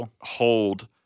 hold –